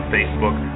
Facebook